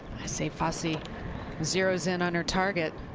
i say fassi zeros in on her target.